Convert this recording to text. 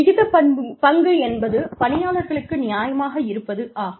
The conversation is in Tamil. விகிதப்பங்கு என்பது பணியாளர்களுக்கு நியாயமாக இருப்பது ஆகும்